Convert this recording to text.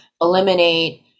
eliminate